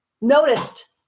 noticed